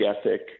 ethic